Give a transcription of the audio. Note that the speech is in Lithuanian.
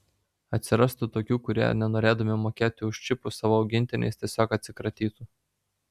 atsirastų tokių kurie nenorėdami mokėti už čipus savo augintiniais tiesiog atsikratytų